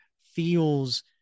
feels